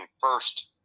first